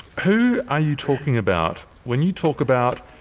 who are you talking about when you talk about,